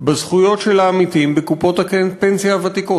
בזכויות של העמיתים בקופות הפנסיה הוותיקות.